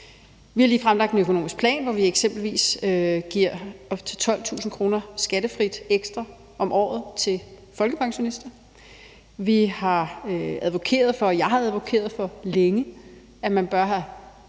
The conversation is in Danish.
Vi har lige fremlagt en økonomisk plan, hvori vi eksempelvis giver op til 12.000 kr. skattefrit ekstra om året til folkepensionister. Vi har advokeret for – jeg har advokeret for – længe, at man bør have